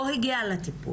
לא הגיע לטיפול.